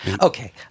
Okay